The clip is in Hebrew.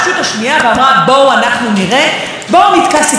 כי לא באמת אנחנו לא אמורים להתערב בתקשורת,